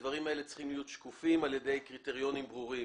הדברים האלה צריכים להיות שקופים על ידי קריטריונים ברורים.